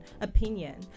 opinion